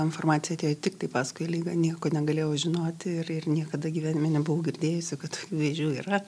informacija atėjo tiktai paskui ligą nieko negalėjau žinoti ir ir niekada gyvenime nebuvau girdėjusi kad tokių vėžių yra